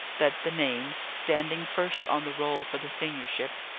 that the names, standing first on the roll for the seniorship,